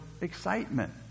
excitement